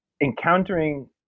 encountering